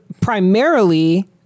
primarily